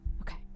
Okay